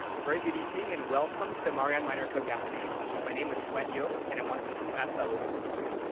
a very good evening and welcome to the marian miner cook athenaeum. my name is xuan yeo and i'm one of the two ath fellows this year.